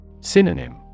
Synonym